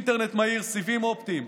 סיבים אופטיים,